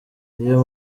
iyo